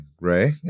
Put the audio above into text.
Ray